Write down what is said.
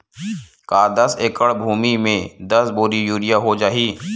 का दस एकड़ भुमि में दस बोरी यूरिया हो जाही?